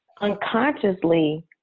unconsciously